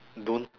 don't